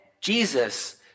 Jesus